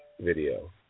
video